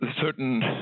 certain